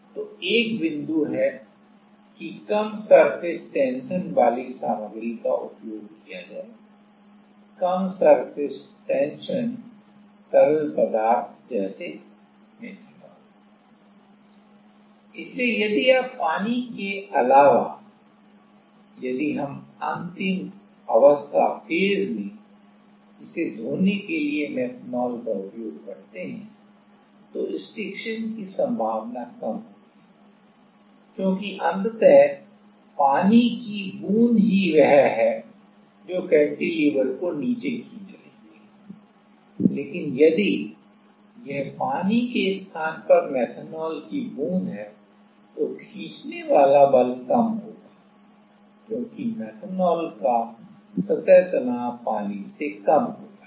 तो एक 1 बिंदु है कि कम सरफेस टेंशन वाली सामग्री का उपयोग किया जाए कम सरफेस टेंशन तरल जैसे मेथेनॉल इसलिए यदि आप पानी के अलावा यदि हम अंतिम अवस्था में इसे धोने के लिए मेथनॉल का उपयोग करते हैं तो स्टिक्शन की संभावना कम होगी क्योंकि अंततः पानी की बूंद ही वह है जो कैंटिलीवर को नीचे खींच रही है लेकिन यदि यह पानी के स्थान पर मेथनॉल की बूंद है तो खींचने वाला बल कम होगा क्योंकि मेथनॉल का सतह तनाव पानी से कम होता है